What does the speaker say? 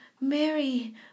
Mary